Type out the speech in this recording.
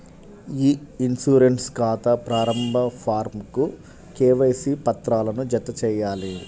ఇ insurance ఖాతా ప్రారంభ ఫారమ్కు కేవైసీ పత్రాలను జతచేయాలి